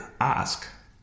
ask